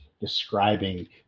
describing